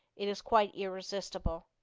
it is quite irresistible.